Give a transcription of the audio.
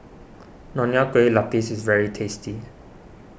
Nonya Kueh Lapis is very tasty